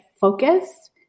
focus